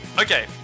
Okay